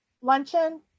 luncheon